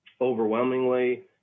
overwhelmingly